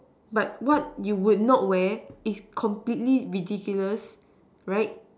but what you would not wear is completely ridiculous right